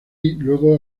luego